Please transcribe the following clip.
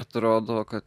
atrodo kad